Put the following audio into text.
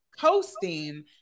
coasting